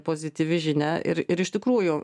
pozityvi žinia ir ir iš tikrųjų